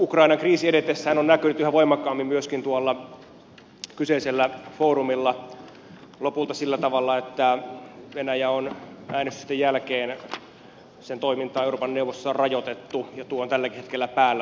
ukrainan kriisin eteneminenhän on näkynyt yhä voimakkaammin myöskin tuolla kyseisellä foorumilla lopulta sillä tavalla että venäjän toimintaa on äänestysten jälkeen euroopan neuvostossa rajoitettu ja tuo tilanne on tälläkin hetkellä päällä